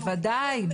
בוודאי.